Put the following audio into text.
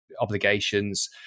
obligations